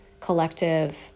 collective